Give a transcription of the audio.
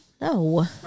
no